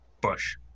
bush